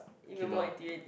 kilo